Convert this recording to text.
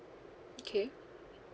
okay